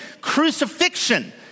crucifixion